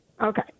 Okay